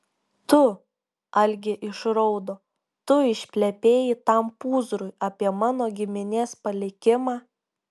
tu algė išraudo tu išplepėjai tam pūzrui apie mano giminės palikimą